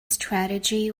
strategy